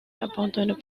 abandonne